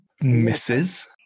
misses